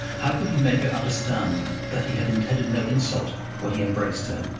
how could he make her understand that he had intended no insult when he embraced her?